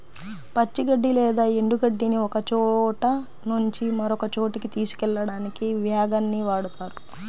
పచ్చి గడ్డి లేదా ఎండు గడ్డిని ఒకచోట నుంచి మరొక చోటుకి తీసుకెళ్ళడానికి వ్యాగన్ ని వాడుతారు